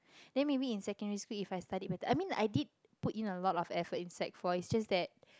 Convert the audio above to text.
then maybe in secondary school if I studied better I mean I did put in a lot of effort in sec-four it's just that